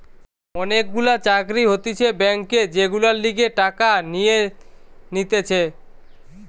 অনেক গুলা চাকরি হতিছে ব্যাংকে যেগুলার লিগে টাকা নিয়ে নিতেছে